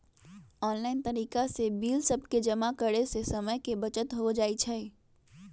online तरिका से bill सभके जमा करे से समय के बचत हो जाइ छइ